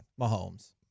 Mahomes